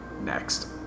Next